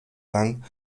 lang